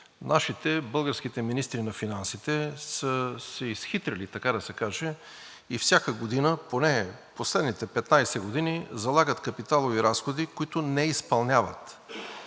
нашите, българските министри на финанси са се изхитрили, така да се каже, и всяка година, поне в последните 15 години, залагат капиталови разходи, които не изпълняват.